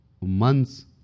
months